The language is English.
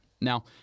Now